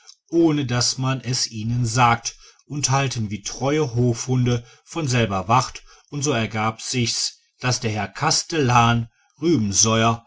ohne daß man es ihnen sagt und halten wie treue hofhunde von selber wacht und so ergab sich's daß der herr kastellan rubesoier